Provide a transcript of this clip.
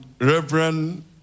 Reverend